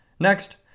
Next